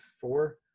four